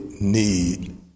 need